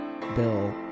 bill